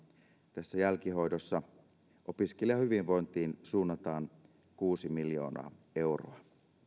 tässä jälkihoidossa opiskelijahyvinvointiin suunnataan kuusi miljoonaa euroa